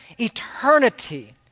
eternity